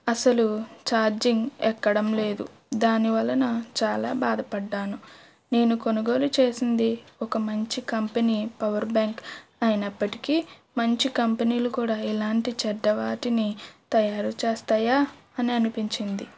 అసలు చార్జింగ్ ఎక్కడం లేదు దానివలన చాలా బాధపడ్డాను నేను కొనుగోలు చేసింది ఒక మంచి కంపెనీ పవర్ బ్యాంక్ అయినప్పటికీ మంచి కంపెనీలు కూడా ఇలాంటి చెడ్డ వాటిని తయారు చేస్తాయా అని అనిపించింది